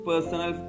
Personal